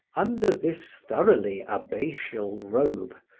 under this thoroughly abbatial robe,